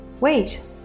Wait